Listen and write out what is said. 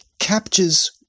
captures